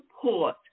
support